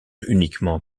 uniquement